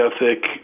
ethic